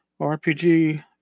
RPG